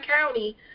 county